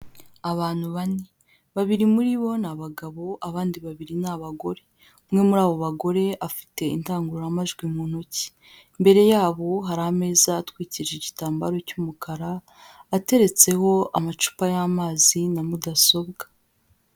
Abantu bane, babiri muri bo ni abagabo abandi babiri ni abagore, umwe muri abo bagore afite indangururamajwi mu ntoki, imbere yabo hari ameza atwikije igitambaro cy'umukara ateretseho amacupa y'amazi na mudasobwa.